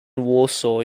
warsaw